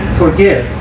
forgive